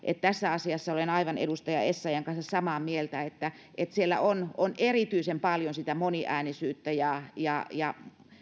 tässä asiassa olen edustaja essayahn kanssa aivan samaa mieltä että että siellä on on erityisen paljon moniäänisyyttä ja ja